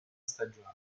stagione